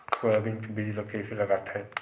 Soybean के बीज ल कइसे लगाथे?